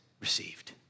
received